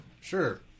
Sure